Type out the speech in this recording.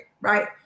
right